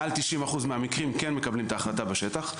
מעל 90% מהמקרים כן מקבלים את ההחלטה בשטח,